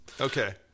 Okay